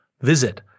Visit